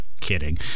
Kidding